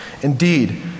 Indeed